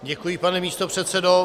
Děkuji, pane místopředsedo.